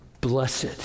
blessed